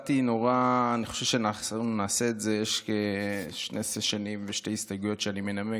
חושב שנעשה שני סשנים בשתי ההסתייגויות שאני מנמק.